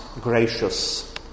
gracious